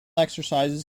exercises